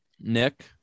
Nick